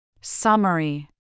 Summary